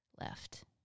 left